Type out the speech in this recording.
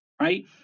Right